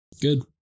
Good